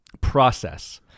process